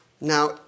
Now